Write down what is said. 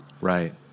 Right